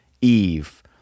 Eve